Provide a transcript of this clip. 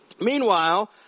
Meanwhile